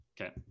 Okay